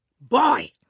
Boy